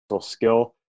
skill